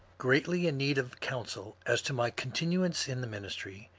ghreatly in need of counsel as to my continuance in the ministry,